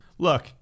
Look